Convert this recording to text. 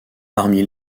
parmi